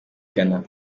ghana